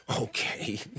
Okay